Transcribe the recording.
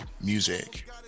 music